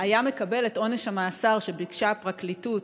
היה מקבל את עונש המאסר שביקשה הפרקליטות,